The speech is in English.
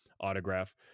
autograph